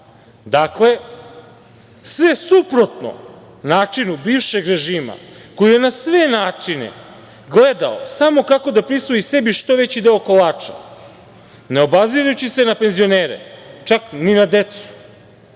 Dakle, sve suprotno načinu bivšeg režima koji je na sve načine gledao samo kako da prisvoji sebi što veći deo kolača ne obazirući se na penzionere, čak ni na decu,